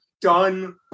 done